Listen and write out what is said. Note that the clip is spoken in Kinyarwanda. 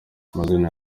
mazina